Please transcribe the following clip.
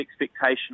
expectation